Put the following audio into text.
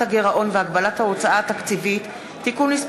הגירעון והגבלת ההוצאה התקציבית (תיקון מס'